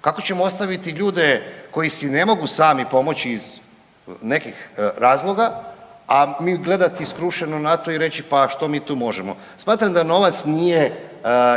Kako ćemo ostaviti ljude koji si ne mogu sami pomoći iz nekih razloga, a mi gledati skrušeno na to i reći pa što mi tu možemo. Smatram da novac nije